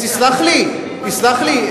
תסלח לי,